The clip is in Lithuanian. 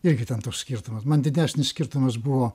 irgi ten toks skirtumas man didesnis skirtumas buvo